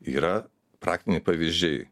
yra praktiniai pavyzdžiai